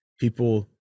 People